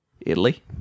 Italy